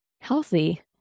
healthy